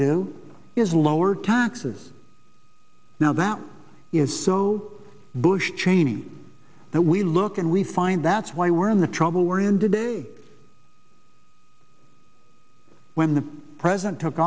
do is lower taxes now that is so bush cheney that we look and we find that's why we're in the trouble we're in today when the president took